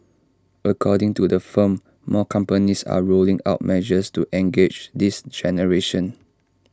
according to the firm more companies are rolling out measures to engage this generation